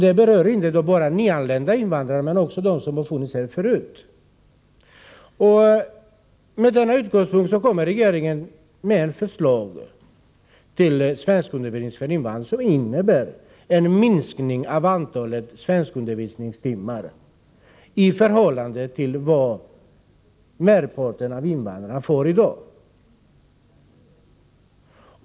Detta berör inte bara nyanlända invandrare utan också invandrare som redan befunnit sig här en tid. I denna situation kommer regeringen med ett förslag till svenskundervisning för invandrare som innebär en minskning av antalet svenskundervisningstimmar i förhållande till vad som erbjuds merparten av invandrarna i dag.